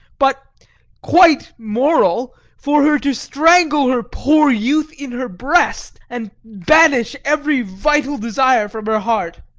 but quite moral for her to strangle her poor youth in her breast and banish every vital desire from her heart.